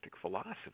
philosophy